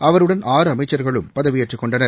அவருடன் ச அமைச்சர்களும் பதவியேற்றுக் கொண்டனர்